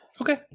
Okay